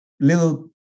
Little